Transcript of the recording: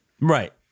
Right